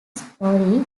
storey